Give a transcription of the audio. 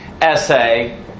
essay